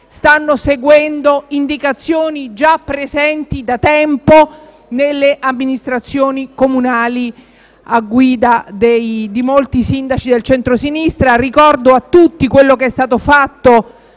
stanno seguendo le indicazioni già seguite da tempo dalle amministrazioni comunali a guida di molti sindaci del centrosinistra. Ricordo a tutti quello che è stato fatto